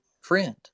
friend